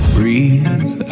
Breathe